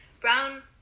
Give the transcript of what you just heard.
brown